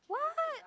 what